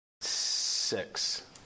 six